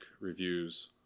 Reviews